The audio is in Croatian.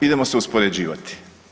Idemo se uspoređivati.